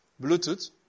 Bluetooth